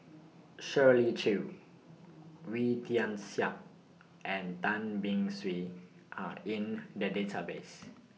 Shirley Chew Wee Tian Siak and Tan Beng Swee Are in The Database